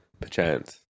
perchance